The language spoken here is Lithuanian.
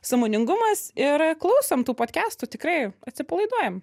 sąmoningumas ir klausom tų podkestų tikrai atsipalaiduojam